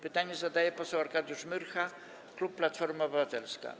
Pytanie zadaje poseł Arkadiusz Myrcha, klub Platforma Obywatelska.